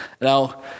now